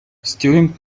student